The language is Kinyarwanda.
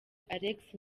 alexis